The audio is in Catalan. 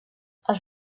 els